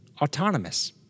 autonomous